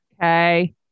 Okay